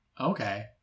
Okay